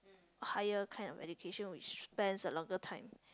higher kind of education which spans a longer time